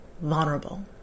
vulnerable